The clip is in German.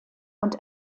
und